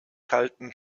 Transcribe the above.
kalten